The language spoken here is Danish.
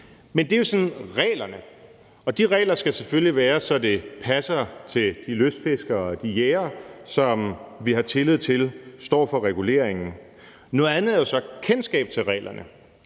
Men det er jo reglerne, og de regler skal selvfølgelig være, så det passer til de lystfiskere og de jægere, som vi har tillid til står for reguleringen. Noget andet er jo så kendskab til reglerne.